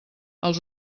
els